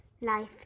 life